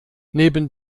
neben